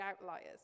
outliers